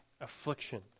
affliction